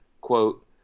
quote